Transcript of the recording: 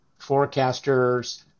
forecasters